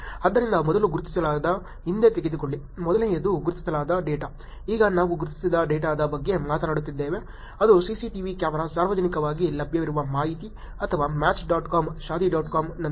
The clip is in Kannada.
ಆದ್ದರಿಂದ ಮೊದಲು ಗುರುತಿಸಲಾಗಿದೆ ಹಿಂದೆ ತೆಗೆದುಕೊಳ್ಳಿ ಮೊದಲನೆಯದು ಗುರುತಿಸಲಾದ ಡೇಟಾ ಈಗ ನಾವು ಗುರುತಿಸದ ಡೇಟಾದ ಬಗ್ಗೆ ಮಾತನಾಡುತ್ತಿದ್ದೇವೆ ಅದು ಸಿಸಿಟಿವಿ ಕ್ಯಾಮೆರಾ ಸಾರ್ವಜನಿಕವಾಗಿ ಲಭ್ಯವಿರುವ ಮಾಹಿತಿ ಅಥವಾ match dot com Shaadi dot ಕಾಮ್ನಂತೆ